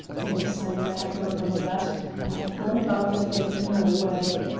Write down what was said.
no, simon, i have not done that i have gone about the thing another way.